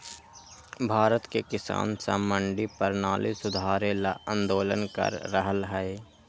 भारत के किसान स मंडी परणाली सुधारे ल आंदोलन कर रहल हए